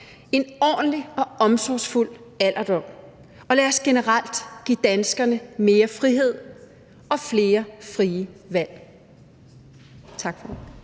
en ordentlig og omsorgsfuld alderdom, og lad os generelt give danskerne mere frihed og flere frie valg. Tak for ordet.